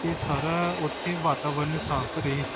ਅਤੇ ਸਾਰਾ ਉੱਥੇ ਵਾਤਾਵਰਨ ਸਾਫ਼ ਰਹੇ